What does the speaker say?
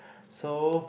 so